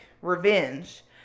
revenge